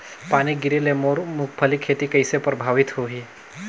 पानी गिरे ले मोर मुंगफली खेती कइसे प्रभावित होही?